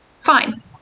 fine